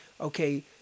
okay